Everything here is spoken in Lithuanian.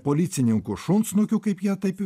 policininkų šunsnukių kaip jie taip